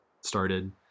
started